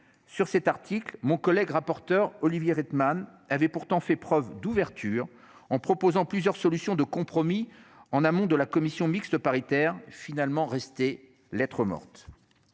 Sur cet article. Mon collègue rapporteur Olivier Reitmans avait pourtant fait preuve d'ouverture en proposant plusieurs solutions de compromis en amont de la commission mixte paritaire finalement restés lettre morte.